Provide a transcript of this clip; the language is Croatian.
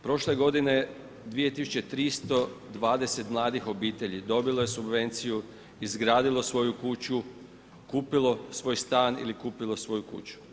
Prošle godine, 2320 mladih obitelji dobilo subvenciju, izgradilo svoju kuću, kupilo svoj stan ili kupilo svoju kuću.